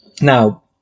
Now